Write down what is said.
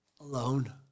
alone